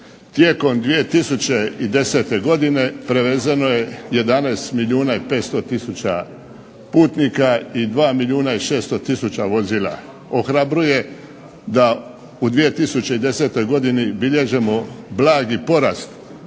Tijekom 2010. godine prevezeno je 11 milijuna i 500 tisuća putnika, i 2 milijuna i 600 tisuća vozila. Ohrabruje da u 2010. godini bilježimo blagi porast